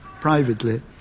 privately